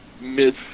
Miss